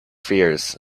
fears